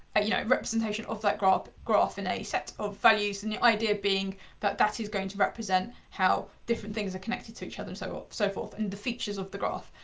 a you know representation of that graph graph and a set of values, and the idea being that that is going to represent how different things are connected to each other and so so forth, and the features of the graph.